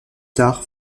tard